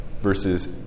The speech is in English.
versus